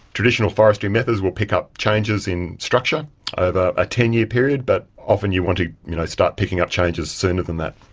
traditional forestry methods will pick up changes in structure over a ten year period, but often you want to start picking up changes sooner than that.